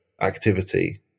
activity